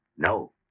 No